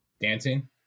Dancing